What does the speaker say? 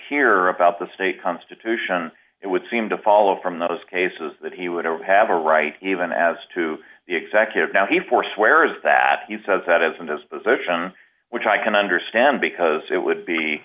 here about the state constitution it would seem to follow from those cases that he would have a right even as to the executive now he forswear is that he says that isn't as a position which i can understand because it would be